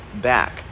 back